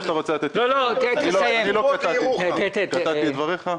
אני לא קטעתי את דבריך.